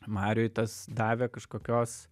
mariui tas davė kažkokios